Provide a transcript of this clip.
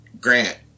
Grant